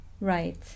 right